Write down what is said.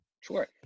Sure